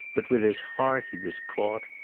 but with his heart he was caught.